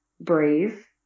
brave